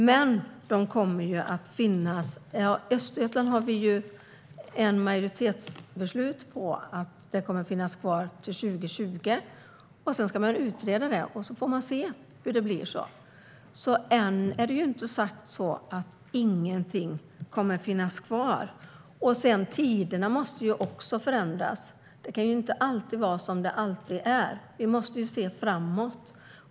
Vad gäller verksamheten i Östergötland finns det ett majoritetsbeslut på att den ska finnas kvar till 2020. Sedan ska den utredas, och då får vi se hur det blir. Än är det alltså inte sagt att inget kommer att finnas kvar. Tiderna måste förändras. Det kan inte fortsätta att vara som det alltid har varit. Vi måste se framåt.